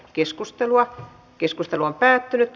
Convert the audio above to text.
keskustelua ei syntynyt